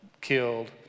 killed